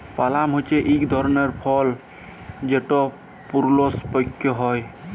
পালাম হছে ইক ধরলের ছট ফল যেট পূরুনস পাক্যে হয়